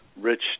rich